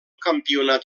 campionat